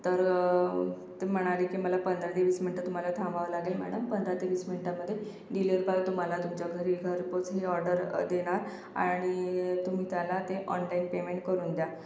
तर ते म्हणाले की मला पंधरा ते वीस मिंटं तुम्हाला थांबावं लागेल मॅडम पंधरा ते वीस मिंटामध्ये डिलिव्हरी बॉय तुम्हाला तुमच्या घरी घरपोच ऑर्डर देणार आणि तुम्ही त्याला ते ऑनलाईन पेमेंट करून द्या